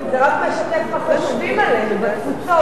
זה רק משקף מה חושבים עלינו בתפוצות,